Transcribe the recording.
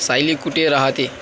सायली कुठे राहते